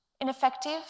ineffective